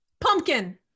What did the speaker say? Pumpkin